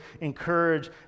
encourage